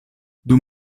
dum